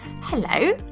Hello